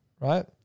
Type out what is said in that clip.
right